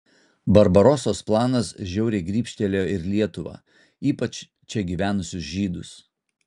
barbarosos planas žiauriai grybštelėjo ir lietuvą ypač čia gyvenusius žydus